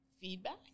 feedback